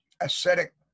ascetic